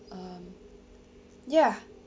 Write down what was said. um ya